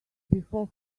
before